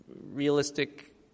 realistic